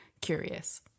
curious